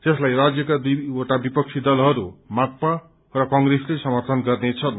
यसलाई राज्यका दुईवटा विपक्षी दलहरू माक्पा र कंग्रेसले समर्थन गर्नेछन्